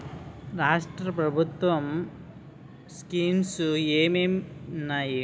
రాష్ట్రం ప్రభుత్వ స్కీమ్స్ ఎం ఎం ఉన్నాయి?